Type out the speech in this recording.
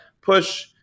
push